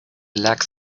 lacks